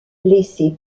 blessés